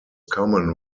common